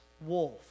wolf